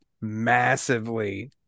massively